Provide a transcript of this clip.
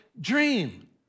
dream